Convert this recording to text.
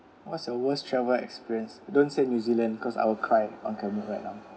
what's your worst travel experience don't say new zealand because I'll cry on camera right now